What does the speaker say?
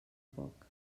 poc